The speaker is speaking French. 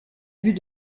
but